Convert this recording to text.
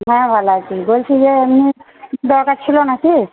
হ্যাঁ ভালো আছি বলছি যে এমনি কিছু দরকার ছিল নাকি